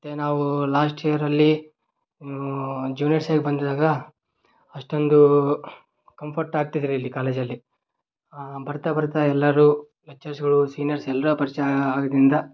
ಮತ್ತೆ ನಾವು ಲಾಸ್ಟ್ ಯಿಯರಲ್ಲಿ ಜೂನಿಯರ್ಸ್ಸಾಗಿ ಬಂದಿದ್ದಾಗ ಅಷ್ಟೊಂದು ಕಂಫರ್ಟ್ ಆಗ್ತಿದ್ದಿಲ್ಲ ಕಾಲೇಜಲ್ಲಿ ಬರ್ತಾ ಬರ್ತಾ ಎಲ್ಲರು ಲೆಕ್ಚರ್ಸ್ಗಳು ಸೀನಿಯರ್ಸ್ ಎಲ್ಲ ಪರಿಚಯ ಆದ್ದರಿಂದ